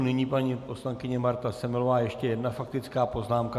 Nyní paní poslankyně Marta Semelová, ještě jedna faktická poznámka.